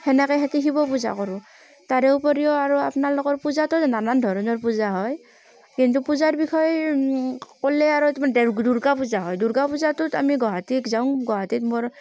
সেনেকৈ সেইটো শিৱ পূজা কৰোঁ তাৰ উপৰিও আৰু আপোনালোকৰ পূজাতো নানান ধৰণৰ পূজা হয় কিন্তু পূজাৰ বিষয়ে ক'লে আৰু তাৰ মানে ডেৰ দুৰ্গা পূজা হয় দুৰ্গা পূজাটোত আমি গুৱাহাটীক যাওঁ গুৱাহাটীত মোৰ